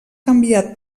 canvia